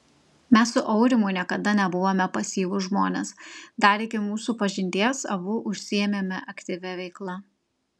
mes su aurimu niekada nebuvome pasyvūs žmonės dar iki mūsų pažinties abu užsiėmėme aktyvia veikla